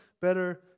better